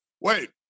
wait